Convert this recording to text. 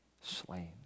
slain